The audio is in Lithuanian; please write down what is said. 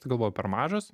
galvoju per mažos